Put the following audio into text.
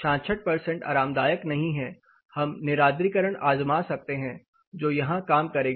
66 आरामदायक नहीं है हम निरार्द्रीकरण आजमा सकते हैं जो यहां काम करेगा